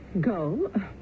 Go